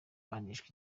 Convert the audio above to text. ahanishwa